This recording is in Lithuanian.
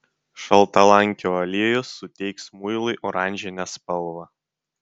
šaltalankio aliejus suteiks muilui oranžinę spalvą